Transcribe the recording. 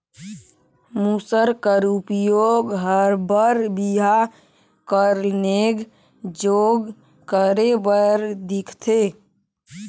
मूसर कर उपियोग हर बर बिहा कर नेग जोग करे बर दिखथे